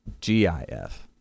G-I-F